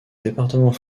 département